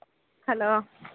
hello